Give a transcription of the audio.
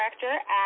Director